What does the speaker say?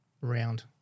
round